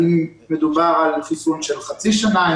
האם מדובר על חיסון לחצי שנה,